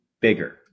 bigger